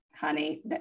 honey